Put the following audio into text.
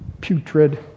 Putrid